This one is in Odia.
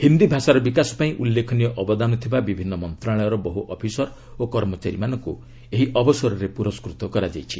ହିନ୍ଦୀ ଭାଷାର ବିକାଶ ପାଇଁ ଉଲ୍ଲେଖନୀୟ ଅବଦାନ ଥିବା ବିଭିନ୍ନ ମନ୍ତ୍ରଣାଳୟର ବହୁ ଅଫିସର ଓ କର୍ମଚାରୀଙ୍କୁ ଏହି ଅବସରରେ ପୁରସ୍କୃତ କରାଯାଇଛି